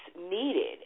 needed